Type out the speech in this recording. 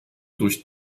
durch